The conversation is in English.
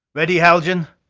ready, haljan?